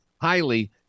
highly